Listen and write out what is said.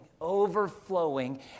overflowing